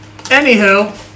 anywho